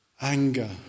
Anger